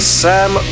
sam